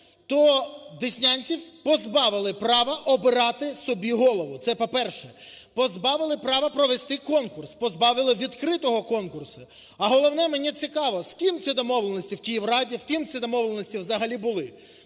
то деснянців позбавили права обирати собі голови, це по-перше. Позбавили права провести конкурс, позбавили в відкритому конкурсі. А головне, мені цікаво, з ким ці домовленості в Київраді, з ким ці домовленості взагалі були.